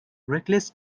reckless